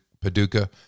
Paducah